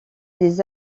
des